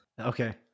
Okay